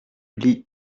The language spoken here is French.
lis